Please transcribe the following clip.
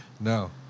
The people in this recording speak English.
No